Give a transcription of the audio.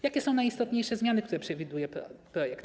Jakie są najistotniejsze zmiany, które przewiduje projekt?